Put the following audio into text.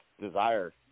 desire